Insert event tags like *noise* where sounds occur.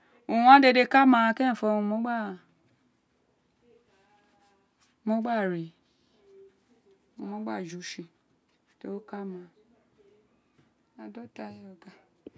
Urun gháàn dédè ka mi ara kerenfo owun mo gba *hesitation* mó gbáà re *hesitation* ówuǹ mo gba ju tsi to rr oka má ara. *unintelligible*